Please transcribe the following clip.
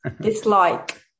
dislike